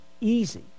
easy